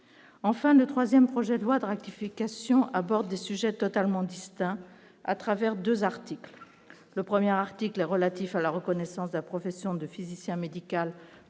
enfin le 3ème projet de loi de rectification aborde des sujets totalement distincts à travers 2 articles, le 1er article relatif à la reconnaissance de la profession de physicien médical